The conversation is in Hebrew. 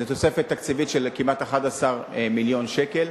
זו תוספת תקציבית של כמעט 11 מיליון שקלים,